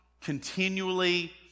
continually